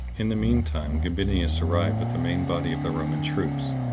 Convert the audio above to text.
in the mean time, gabinius arrived with the main body of the roman troops,